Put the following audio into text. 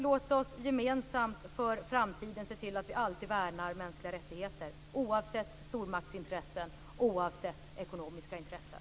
Låt oss gemensamt för framtiden se till att vi alltid värnar mänskliga rättigheter, oavsett stormaktsintressen och oavsett ekonomiska intressen.